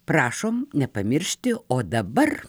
prašom nepamiršti o dabar